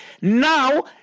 Now